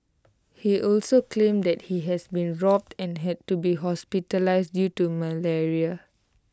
he also claimed that he has been robbed and had to be hospitalised due to malaria